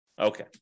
Okay